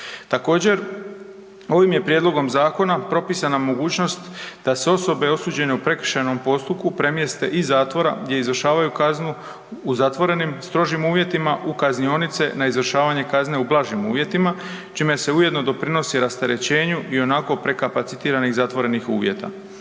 Također, ovim je prijedlogom zakona propisana mogućnost da se osobe osuđene u prekršajnom postupku premjeste iz zatvora gdje izvršavaju kaznu u zatvorenim strožim uvjetima, u kaznionice na izvršavanje kazne u blažim uvjetima, čime se ujedno doprinosi rasterećenju ionako prekapacitiranih zatvorenih uvjeta.